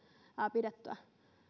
pidettyä